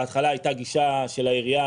בהתחלה הייתה גישה של העירייה,